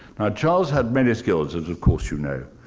charles had many skills, as of course you know.